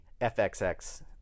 FXX